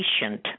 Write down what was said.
patient